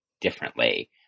differently